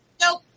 nope